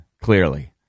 clearly